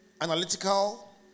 analytical